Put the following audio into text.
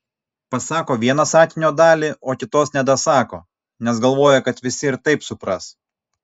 pasako vieną sakinio dalį o kitos nedasako nes galvoja kad visi ir taip supras